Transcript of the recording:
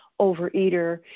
overeater